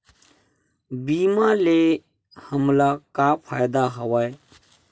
बीमा ले हमला का फ़ायदा हवय?